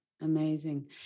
Amazing